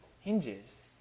hinges